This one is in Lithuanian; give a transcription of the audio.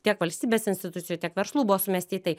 tiek valstybės institucijų tiek verslų buvo sumesti į tai